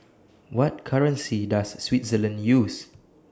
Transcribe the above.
What currency Does Switzerland use